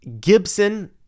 Gibson